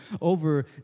over